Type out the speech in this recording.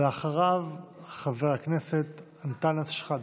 אחריו, חבר הכנסת אנטאנס שחאדה.